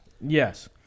Yes